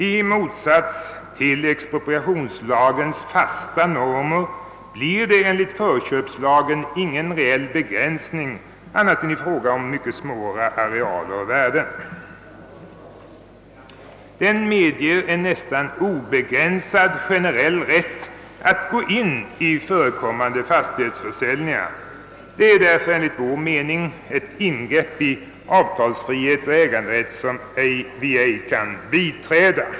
I motsats till expropriationslagens fasta normer blir det enligt förköpslagen ingen reell begränsning annat än i fråga om små arealer och värden. Den medger en nästan generell rätt att gå in i förekommande fastighetsförsäljningar. Detta innebär enligt vår mening ett ingrepp i avtalsfrihet och äganderätt som vi ej kan biträda.